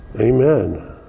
Amen